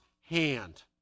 hand